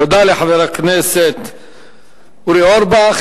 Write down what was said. תודה לחבר הכנסת אורי אורבך.